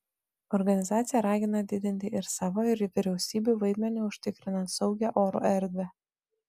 organizacija ragina didinti ir savo ir vyriausybių vaidmenį užtikrinant saugią oro erdvę